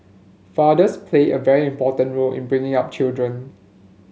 fathers play a very important role in bringing up children